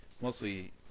Mostly